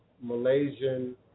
malaysian